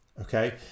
okay